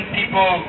people